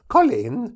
Colin